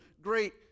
great